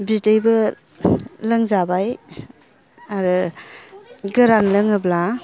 बिदैबो लोंजाबाय आरो गोरान लोङोब्ला